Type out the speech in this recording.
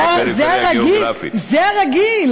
זה הרגיל,